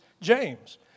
James